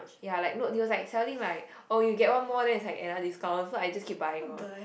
ya like no it was like selling like oh you get one more then it's like another discount so I just keep buying lor